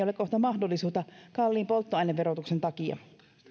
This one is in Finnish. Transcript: ole kohta mahdollisuutta kalliin polttoaineverotuksen takia